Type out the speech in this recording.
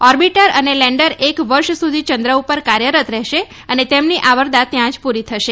orbiter અને lander એક વર્ષ સુધી ચંદ્ર ઉપર કાર્યરત રહેશે અને તેમની આવરદા ત્યાં જ પૂરી થશે